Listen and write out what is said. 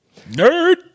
nerd